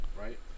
Right